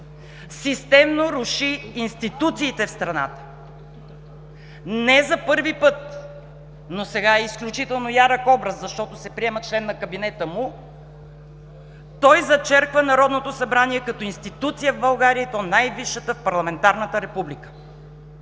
системно руши институциите в страната. Не за първи път, но сега е изключително ярък образ, защото се приема член на кабинета му, той зачерква Народното събрание като институция в България, и то най-висшата в парламентарната Република.